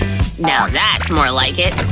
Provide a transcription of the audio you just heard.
now that's more like it!